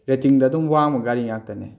ꯔꯤꯇꯤꯡꯗ ꯑꯗꯨꯝ ꯋꯥꯡꯕ ꯒꯥꯔꯤ ꯉꯥꯛꯇꯅꯤ